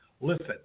listen